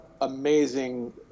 amazing